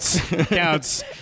counts